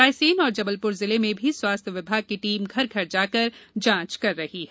रायसेन और जबलपुर जिले में भी स्वास्थ्य विभाग की टीम घर घर जाकर जांच कर रही है